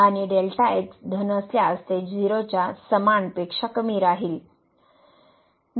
आणि delta x धन असल्यास ते 0 च्या समान पेक्षा कमी राहील